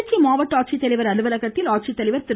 திருச்சி மாவட்ட ஆட்சித்தலைவர் அலுவலகத்தில் ஆட்சித் தலைவர் திரு